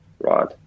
right